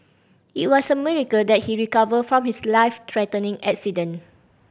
it was a miracle that he recovered from his life threatening accident